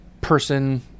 person